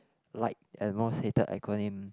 like the most hated acronym